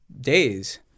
days